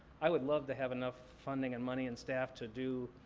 i would love to have enough funding and money and staff to do,